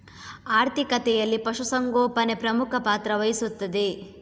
ಆರ್ಥಿಕತೆಯಲ್ಲಿ ಪಶು ಸಂಗೋಪನೆ ಪ್ರಮುಖ ಪಾತ್ರ ವಹಿಸುತ್ತದೆ